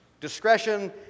Discretion